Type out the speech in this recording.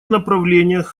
направлениях